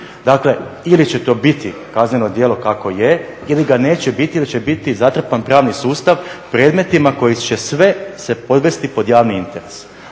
Dakle ili će to biti kazneno djelo kakvo je ili ga neće biti ili će biti zatrpan pravni sustav predmetima koji će sve se podvesti pod javni interes.